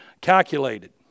calculated